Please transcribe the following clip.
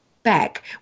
back